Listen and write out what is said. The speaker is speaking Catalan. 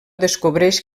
descobreix